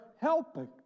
helping